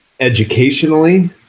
educationally